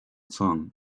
song